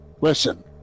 Listen